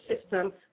system